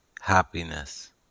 happiness